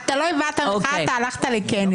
אתה לא הבעת מחאה, אתה הלכת לכנס.